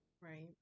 Right